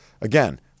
Again